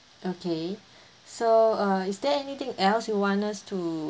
okay so uh is there anything else you want us to